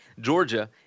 Georgia